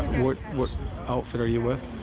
what what outfit are you with?